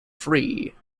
free